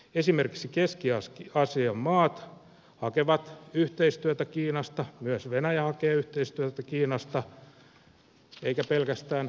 esimerkiksi keski aasian maat hakevat yhteistyötä kiinasta myös venäjä hakee yhteistyötä kiinasta eikä pelkästään euroopan unionista